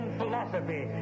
philosophy